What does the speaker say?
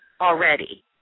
already